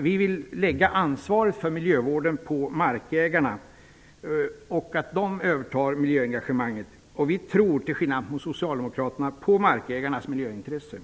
Vi vill lägga ansvaret för miljövården på markägarna; de skall överta miljöengagemanget. Och vi tror, till skillnad från socialdemokraterna, på markägarnas miljöintresse.